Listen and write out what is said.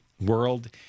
world